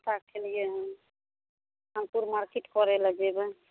पता कयलियैहँ हम कोन मार्केट करै लए जेबै